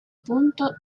punto